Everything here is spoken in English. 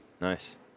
Nice